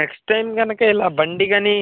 next time కనుక ఇలా బండి కానీ